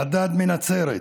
חדד מנצרת,